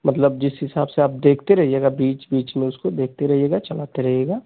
मतलब जिस हिसाब से आप देखते रहिएगा बीच बीच में उसको देखते रहिएगा चलाते रहिएगा